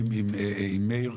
עם מאיר,